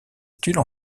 études